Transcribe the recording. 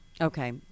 okay